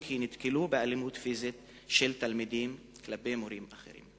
כי נתקלו באלימות פיזית של תלמידים כלפי מורים אחרים.